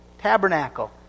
tabernacle